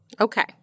Okay